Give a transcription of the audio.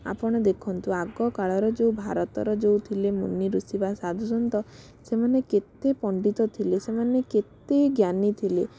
ଆପଣ ଦେଖନ୍ତୁ ଆଗକାଳର ଯେଉଁ ଭାରତର ଯେଉଁଥିଲେ ମୁନିଋଷି ବା ସାଧୁସନ୍ଥ ସେମାନେ କେତେ ପଣ୍ଡିତ ଥିଲେ ସେମାନେ କେତେ ଜ୍ଞାନୀ ଥିଲେ